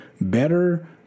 better